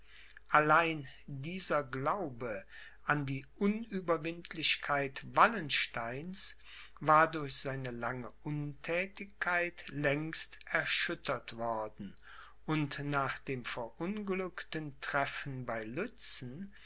allein dieser glaube an die unüberwindlichkeit wallensteins war durch seine lange unthätigkeit längst erschüttert worden und nach dem verunglückten treffen bei lützen